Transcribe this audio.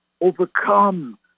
overcome